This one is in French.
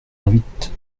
invite